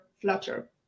Flutter